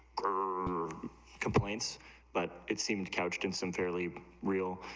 her complaints but it seems charged in some fairly real